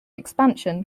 expansion